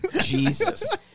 Jesus